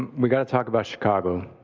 we gotta talk about chicago.